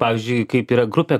pavyzdžiui kaip yra grupė